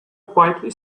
quietly